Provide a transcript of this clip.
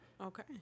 Okay